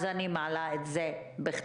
אז אני מעלה את זה בכתב,